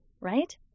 right